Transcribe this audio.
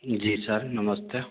जी sir नमस्ते